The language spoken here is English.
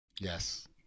Yes